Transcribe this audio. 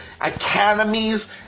academies